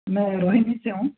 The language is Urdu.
میں روہینی سے ہوں